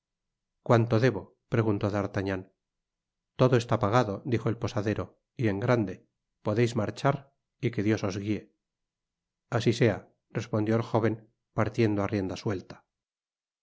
cuanto debo preguntó d'artagnan todo está pagado dijo el posadero y en grande podeis marchar y que dios os guie así sea respondió el jóven partiendo á rienda suelta